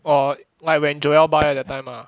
or like when joel buy that time lah